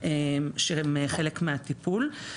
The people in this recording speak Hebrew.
שהם חלק מהטיפול.